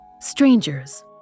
Strangers